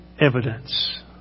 evidence